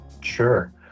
sure